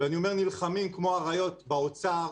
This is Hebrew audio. ואני אומר נלחמים כמו אריות באוצר,